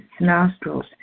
nostrils